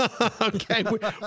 Okay